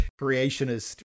creationist